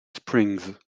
springs